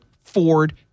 Ford